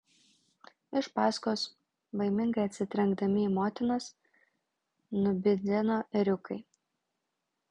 iš paskos baimingai atsitrenkdami į motinas nubidzeno ėriukai